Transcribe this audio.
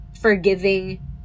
forgiving